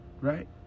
Right